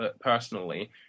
personally